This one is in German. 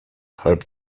halb